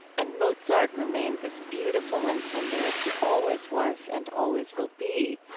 and mozart remains as beautiful and tender as he always was and always will be.